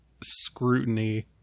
scrutiny